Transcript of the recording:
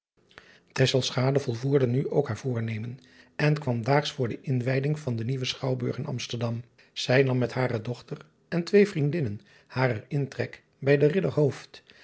volvoerde nu ook har voornemen en kwam daags voor de inwijding van de nieuwen chouwburg in msterdam ij nam met haren dochter en twee vriendinnen haren intrek bij den